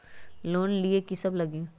Loan लिए की सब लगी?